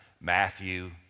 Matthew